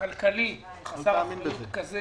כלכלי חסר תקדים כזה